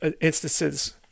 instances